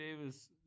Davis